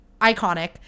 iconic